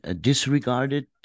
disregarded